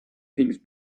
things